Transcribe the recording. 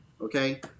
Okay